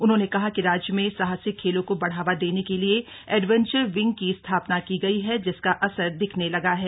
उन्होंने कहा कि राज्य में साहसिक खेलों को बढ़ावा देने के लिए एडवेंचर विंग की स्थापना की गई है जिसका असर दिखने लगा है